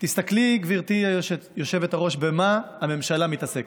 תסתכלי, גברתי היושבת-ראש, במה הממשלה מתעסקת,